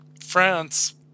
France